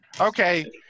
Okay